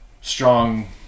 strong